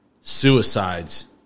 suicides